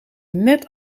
net